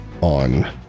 on